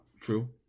True